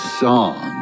song